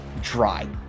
dry